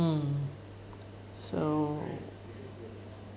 mm so